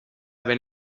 ben